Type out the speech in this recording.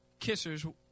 kissers